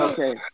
Okay